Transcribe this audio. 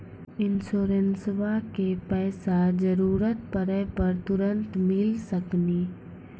इंश्योरेंसबा के पैसा जरूरत पड़े पे तुरंत मिल सकनी?